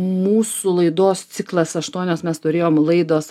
mūsų laidos ciklas aštuonios mes turėjom laidos